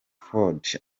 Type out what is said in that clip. ford